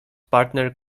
partner